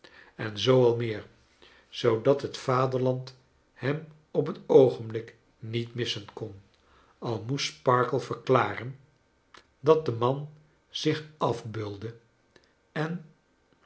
en zoo al meer zoodat het vaderland hem op het oogenblik niet missen kon al moest sparkler verklaren dat de man zich afbeulde en